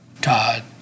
Todd